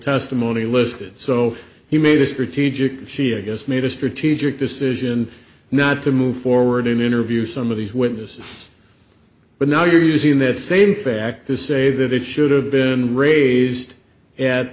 testimony listed so he made a strategic she i guess made a strategic decision not to move forward and interview some of these witnesses but now you're using that same fact to say that it should have been raised at